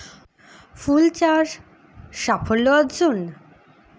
ফুল চাষ সাফল্য অর্জন?